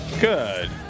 Good